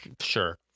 Sure